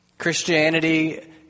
Christianity